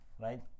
Right